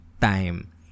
time